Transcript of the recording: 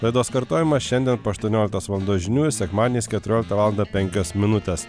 laidos kartojimas šiandien po aštuonioliktos valandos žinių sekmadieniais keturioliktą valandą penkios minutes